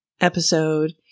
episode